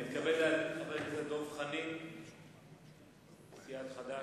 אני מתכבד להזמין את חבר הכנסת דב חנין מסיעת חד"ש.